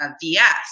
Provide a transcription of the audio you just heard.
VS